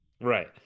Right